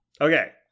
Okay